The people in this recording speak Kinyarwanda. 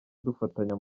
dufatanya